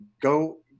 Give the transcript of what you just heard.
go